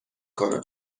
کنم